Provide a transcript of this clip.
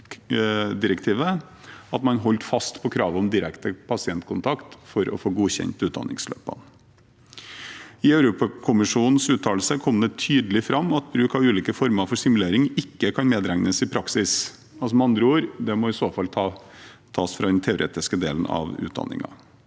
at man holder fast ved kravet om direkte pasientkontakt for å få godkjent utdanningsløpet. I Europakommisjonens uttalelse kom det tydelig fram at bruk av ulike former for simulering ikke kan medregnes i praksis – det må med andre ord i så fall tas fra den teoretiske delen av utdanningen.